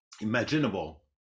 imaginable